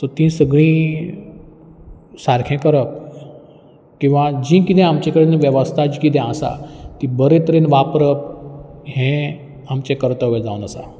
so तीं सगळीं सारकें करप किंवां जी कितें आमचे कडेन वेवस्था जी कितें आसा ती बरे तरेन वापरप हें आमचें कर्तव्य जावन आसा